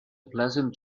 pleasant